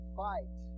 fight